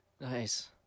Nice